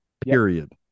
Period